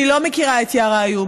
אני לא מכירה את יארא איוב.